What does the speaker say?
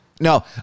No